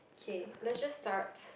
okay let's just start